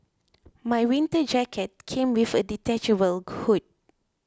my winter jacket came with a detachable hood